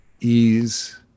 ease